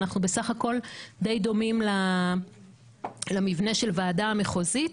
אנחנו בסך הכול די דומים למבנה של הוועדה המחוזית,